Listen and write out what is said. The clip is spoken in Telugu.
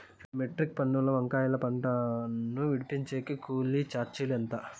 రెండు మెట్రిక్ టన్నుల వంకాయల పంట ను విడిపించేకి కూలీ చార్జీలు ఎంత?